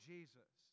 Jesus